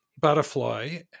butterfly